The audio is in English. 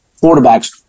quarterbacks